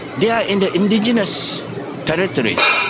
they are in the indigenous territories,